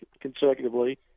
consecutively